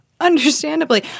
understandably